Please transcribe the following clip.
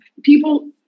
People